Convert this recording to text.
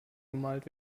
bemalt